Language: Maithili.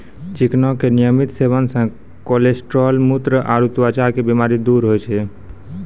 चिकना के नियमित सेवन से कोलेस्ट्रॉल, मुत्र आरो त्वचा के बीमारी दूर होय छै